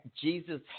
Jesus